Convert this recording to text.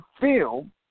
film